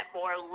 more